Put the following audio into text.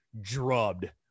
drubbed